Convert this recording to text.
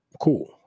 cool